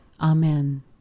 Amen